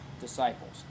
disciples